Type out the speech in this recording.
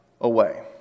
away